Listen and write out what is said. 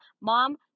Mom